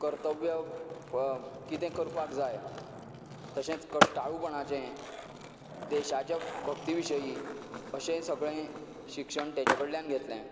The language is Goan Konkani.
कर्तव्य कितें करपाक जाय तशेंच कश्टाळूपणाचें देशाच्या भक्ती विशयी अशें सगळें शिक्षण तेजे कडल्यान घेतलें